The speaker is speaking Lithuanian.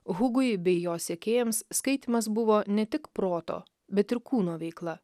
hugui bei jo sekėjams skaitymas buvo ne tik proto bet ir kūno veikla